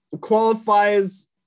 Qualifies